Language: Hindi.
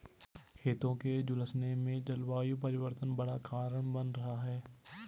खेतों के झुलसने में जलवायु परिवर्तन बड़ा कारण बन रहा है